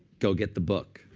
go get the book.